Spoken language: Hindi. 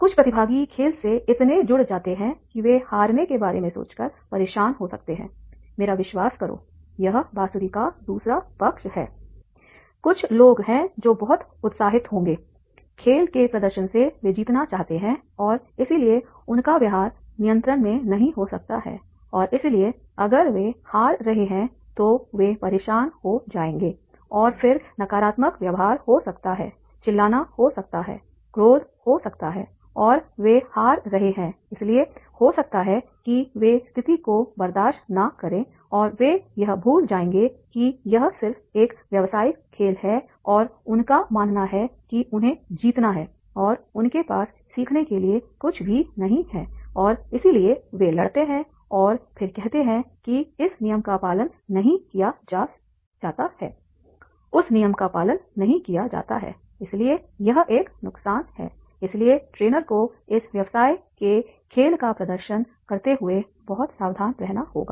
कुछ प्रतिभागी खेल से इतने जुड़ जाते हैं कि वे हारने के बारे में सोचकर परेशान हो सकते हैं मेरा विश्वास करो यह बांसुरी का दूसरा पक्ष है कुछ लोग हैं जो बहुत उत्साहित होंगे खेल के प्रदर्शन से वे जीतना चाहते हैं और इसलिए उनका व्यवहार नियंत्रण में नहीं हो सकता है और इसलिए अगर वे हार रहे हैं तो वे परेशान हो जाएंगे और फिर नकारात्मक व्यवहार हो सकता है चिल्लाना हो सकता है क्रोध हो सकता है और वे हार रहे हैं इसलिए हो सकता है कि वे स्थिति को बर्दाश्त न करें और वे यह भूल जाएंगे कि यह सिर्फ एक व्यवसायिक खेल है और उनका मानना है कि उन्हें जीतना है और उनके पास सीखने के लिए कुछ भी नहीं है और इसलिए वे लड़ते हैं और फिर कहते हैं कि इस नियम का पालन नहीं किया जाता है उस नियम का पालन नहीं किया जाता है और इसलिए यह एक नुकसान है इसलिए ट्रेनर को इस व्यवसाय के खेल का प्रदर्शन करते हुए बहुत सावधान रहना होगा